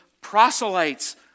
proselytes